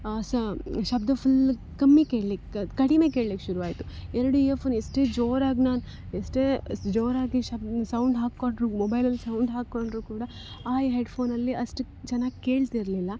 ಸ ಶಬ್ಧ ಫುಲ್ ಕಮ್ಮಿ ಕೇಳ್ಲಿಕ್ಕೆ ಕಡಿಮೆ ಕೇಳ್ಲಿಕ್ಕೆ ಶುರುವಾಯಿತು ಎರಡು ಇಯರ್ಫೋನ್ ಎಷ್ಟೇ ಜೋರಾಗಿ ನಾನು ಎಷ್ಟೇ ಜೋರಾಗಿ ಶಬ ಸೌಂಡ್ ಹಾಕ್ಕೊಂಡರು ಮೊಬೈಲಲ್ಲಿ ಸೌಂಡ್ ಹಾಕ್ಕೊಂಡರು ಕೂಡ ಆ ಹೆಡ್ಫೋನಲ್ಲಿ ಅಷ್ಟು ಚೆನ್ನಾಗಿ ಕೇಳ್ತಿರಲಿಲ್ಲ